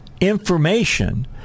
information